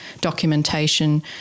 documentation